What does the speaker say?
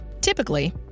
Typically